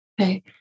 Okay